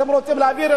אתם רוצים להעביר,